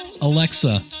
Alexa